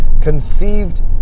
conceived